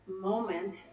moment